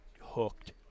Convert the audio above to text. hooked